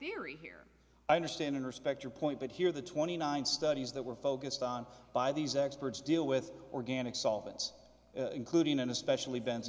theory here i understand and respect your point but here the twenty nine studies that were focused on by these experts deal with organic solvents including and especially ben